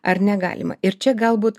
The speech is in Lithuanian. ar negalima ir čia galbūt